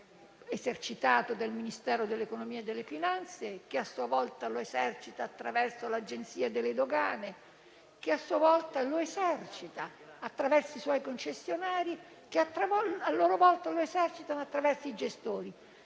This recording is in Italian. attraverso il Ministero dell'economia e delle finanze, che a sua volta lo esercita attraverso l'Agenzia delle dogane e dei monopoli, che a sua volta lo esercita attraverso i suoi concessionari, che a loro volta lo esercitano attraverso i gestori.